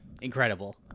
incredible